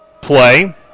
play